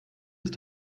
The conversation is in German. ist